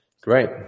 Great